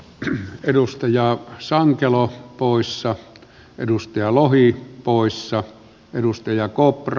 ryhmän edustaja sankelo poissa edustaja lohi poissa edustaja cooper